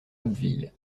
abbeville